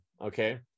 Okay